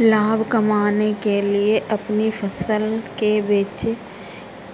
लाभ कमाने के लिए अपनी फसल के बेचे